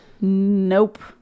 Nope